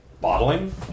bottling